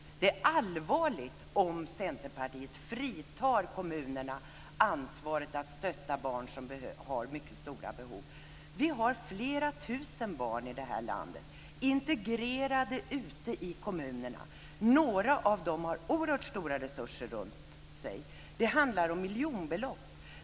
Det är allvarligt om Centerpartiet fritar kommunerna från ansvaret att stödja barn som har mycket stora behov. Det här gäller flera tusen barn i det här landet, integrerade ute i kommunerna. Några av dem har oerhört stora resurser runt sig. Det handlar om miljonbelopp.